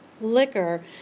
liquor